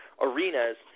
arenas